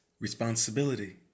Responsibility